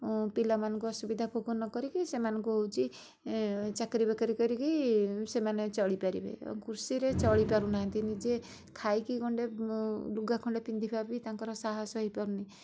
ପିଲାମାନଙ୍କୁ ଅସୁବିଧା ଭୋଗ ନକରିକି ସେମାନଙ୍କୁ ହେଉଛି ଚାକିରି ବାକିରୀ କରିକି ସେମାନେ ଚାଲିପରିବେ କୃଷିରେ ଚଳି ପାରୁନାହାନ୍ତି ନିଜେ ଖାଇକି ଗଣ୍ଡେ ଲୁଗା ଖଣ୍ଡେ ପିନ୍ଧିବା ବି ତାଙ୍କର ସାହସ ହୋଇପାରୁନି